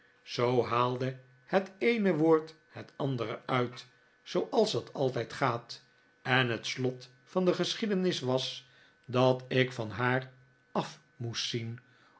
zoo haalde het eene woord het andere uit zooals dat altijd gaat en het slot van de geschiedenis was dat ik van haar af moest zien